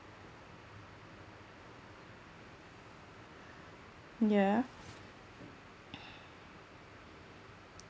yeah